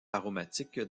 aromatique